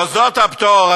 מוסדות הפטור,